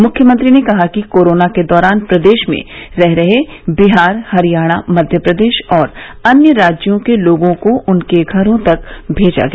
मुख्यमंत्री ने कहा कि कोरोना के दौरान प्रदेश में रह रहे बिहार हरियाणा मध्य प्रदेश और अन्य राज्यों के लोगों को उनके घरों तक भेजा गया